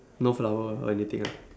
no flower or anything ah